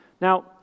Now